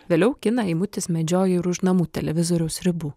vėliau kiną eimutis medžiojo ir už namų televizoriaus ribų